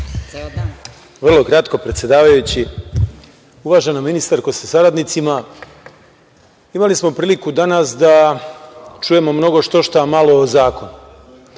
Vrlo kratko, predsedavajući. Uvažena ministarko sa saradnicima, imali smo priliku danas da čujemo mnogo štošta a malo o zakonu,